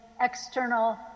external